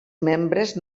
membres